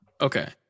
okay